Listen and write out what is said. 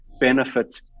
benefit